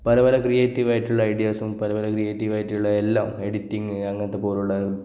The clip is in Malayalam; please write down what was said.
പല പല ക്രിയേറ്റീവ് ആയിട്ടുള്ള ഐഡിയാസും പല പല ക്രിയേറ്റീവ് ആയിട്ടുള്ള എല്ലാ എഡിറ്റിംഗ് അങ്ങനത്തെ പോലെയുള്ള